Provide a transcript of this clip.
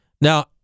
Now